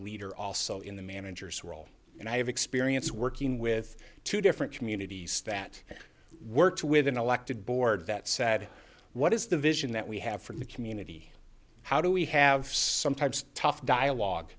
leader also in the manager's role and i have experience working with two different communities that worked with an elected board that said what is the vision that we have from the community how do we have some types of tough dialogue